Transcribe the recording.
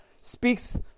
speaks